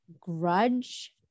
grudge